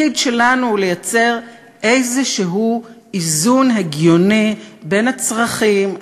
התפקיד שלנו הוא לייצר איזשהו איזון הגיוני בין הצרכים,